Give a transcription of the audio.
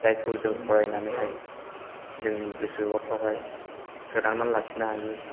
जायखौ जों फरायनानैहाय जोंनि गोसोफोरावहाय सोदांना लाखिनो हायो